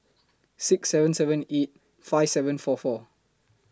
six seven seven eight five seven four four